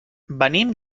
venim